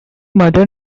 mother